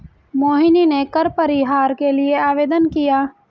मोहिनी ने कर परिहार के लिए आवेदन किया